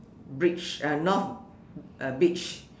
bridge uh north uh beach